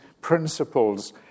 principles